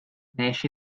wnes